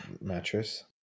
mattress